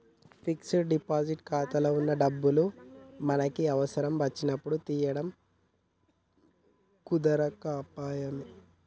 fixed deposit ఖాతాలో వున్న డబ్బులు మనకి అవసరం వచ్చినప్పుడు తీయడం కుదరకపాయె